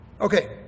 Okay